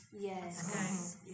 Yes